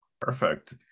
Perfect